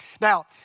Now